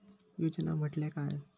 योजना म्हटल्या काय?